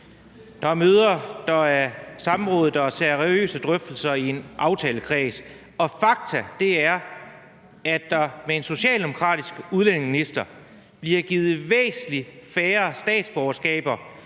Der er møder, der er samråd, der er seriøse drøftelser i en aftalekreds, og fakta er, at der med en socialdemokratisk udlændingeminister bliver givet væsentlig færre statsborgerskaber,